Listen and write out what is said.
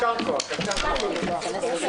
הישיבה ננעלה בשעה